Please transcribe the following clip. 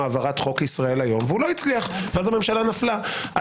העברת חוק ישראל היום ולא הצליח ואז הממשלה נפלה.